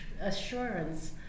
assurance